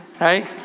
right